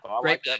Great